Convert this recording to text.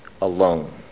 alone